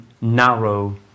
narrow